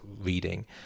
reading